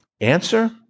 Answer